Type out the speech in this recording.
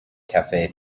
cafe